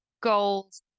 goals